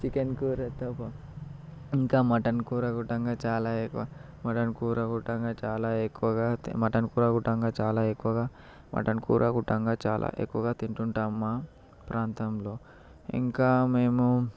chicken కూర ఇంకా mutton కూర కూడంగా చాలా మటన్ కూర కూడంగా చాలా ఎక్కువగా మటన్ కూర కూడంగా చాలా ఎక్కువగా మటన్ కూర కూడంగా చాలా ఎక్కువగా తింటున్నాము మా ప్రాంతంలో ఇంకా మేము